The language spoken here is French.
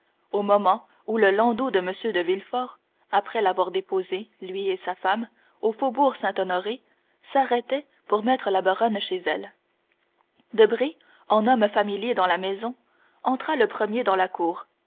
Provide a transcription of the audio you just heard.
au moment où le landau de m de villefort après l'avoir déposé lui et sa femme au faubourg saint-honoré s'arrêtait pour mettre la baronne chez elle debray un homme familier dans la maison entra le premier dans la cour